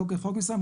מתוקף חוק מסוים,